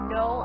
no